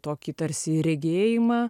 tokį tarsi regėjimą